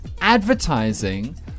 advertising